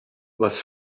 was